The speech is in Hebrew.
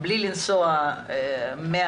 בלי לנסוע 100,